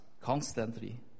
constantly